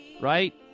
right